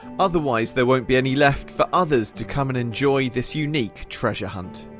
otherwise there won't be any left for others to come and enjoy this unique treasure hunt.